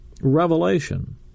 revelation